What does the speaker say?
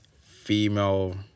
female